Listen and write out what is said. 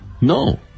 No